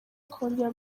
kongera